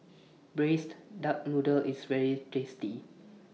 Braised Duck Noodle IS very tasty